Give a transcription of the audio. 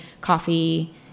coffee